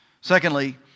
Secondly